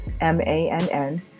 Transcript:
M-A-N-N